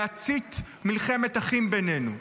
להצית מלחמת אחים בינינו.